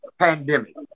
pandemic